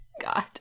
god